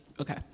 okay